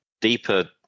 deeper